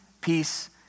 peace